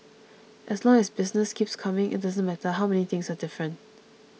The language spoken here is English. as long as business keeps coming it doesn't matter how many things are different